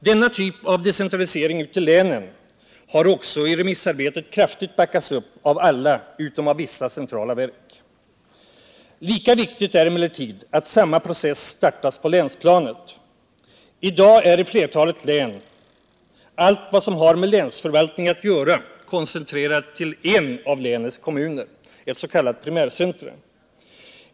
Denna typ av decentralisering ut till länen har också i remissarbetet kraftigt backats upp av alla utom av vissa centrala verk. Lika viktigt är emellertid att samma process startas på länsplanet. I dag är i flertalet län allt vad som har med länsförvaltning att göra koncentrerat till en av länets kommuner, ett s.k. primärcentrum.